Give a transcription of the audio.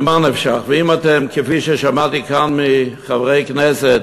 ממה נפשך, אם אתם, כפי ששמעתי כאן מחברי כנסת,